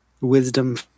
wisdom